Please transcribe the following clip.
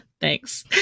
Thanks